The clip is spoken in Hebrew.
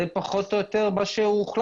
זה פחות או יותר מה שהוחלט.